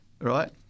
Right